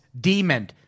Demon